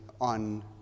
on